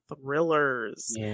thrillers